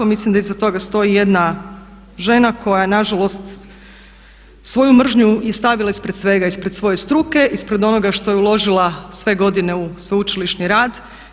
Mislim da iza toga stoji jedna žena koja je nažalost svoju mržnju stavila ispred svega, ispred svoje struke, ispred onoga što je uložila sve godine u sveučilišni rad.